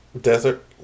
desert